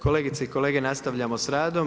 Kolegice i kolege, nastavljamo s radom.